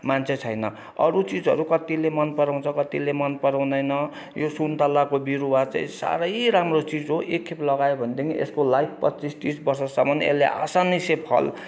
मान्छे छैन अरू चिजहरू कतिले मन पराउँछ कतिले मन पराउँदैन यो सुन्तलाको बिरुवा चाहिँ साह्रै राम्रो चिज हो एकखेप लगायो भनेदेखि यसको लाइफ पच्चिस तिस वर्षसम्म यसले आसानी से फल